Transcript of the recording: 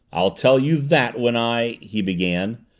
i'll tell you that when i he began,